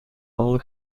all